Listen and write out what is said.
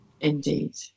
Indeed